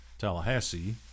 Tallahassee